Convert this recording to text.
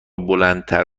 بلندتر